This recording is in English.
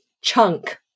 chunk